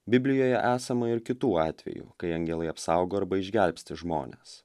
biblijoje esama ir kitų atvejų kai angelai apsaugo arba išgelbsti žmones